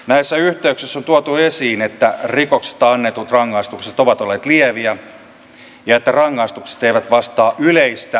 näissä yhteyksissä on tuotu esiin että rikoksista annetut rangaistukset ovat olleet lieviä ja että rangaistukset eivät vastaa yleistä oikeustajua